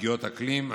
פגיעות אקלים,